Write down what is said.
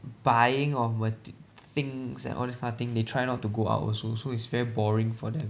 buying of mate~ things and all these kinda thing they try not to go out also so it's very boring for them